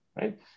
right